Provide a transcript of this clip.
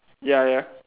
ya ya